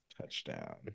touchdown